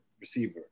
receiver